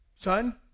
son